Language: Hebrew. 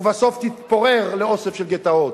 ובסוף תתפורר לאוסף של גטאות.